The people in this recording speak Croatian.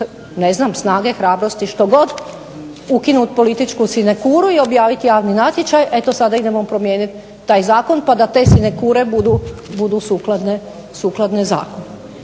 nisu imali snage, hrabrosti, što god, ukinuti političku sinekuru i objavit javni natječaj eto sada idemo promijenit taj zakon pa da te sinekure budu sukladne zakonu.